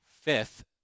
fifth